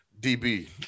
DB